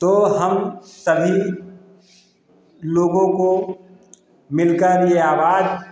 तो हम सभी लोगों को मिलकर ये आवाज